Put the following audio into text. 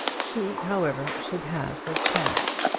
she, however, should have her chance.